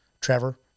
Trevor